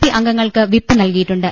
P അംഗങ്ങൾക്ക് whip നൽകിയിട്ടുണ്ട്